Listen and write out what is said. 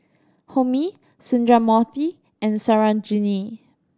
Homi Sundramoorthy and Sarojini